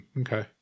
Okay